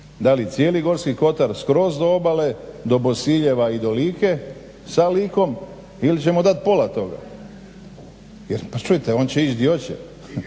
da li cijeli Gorski kotar skroz do obale, do Bosiljeva i do Like, sa Likom ili ćemo dati pola toga jer pa čujte, on će ići di hoće.